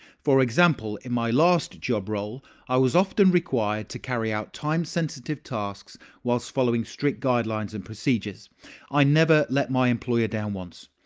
for example, in my last job role i was often required to carry out time-sensitive tasks whilst following strict guidelines and procedures i never let my employer down once.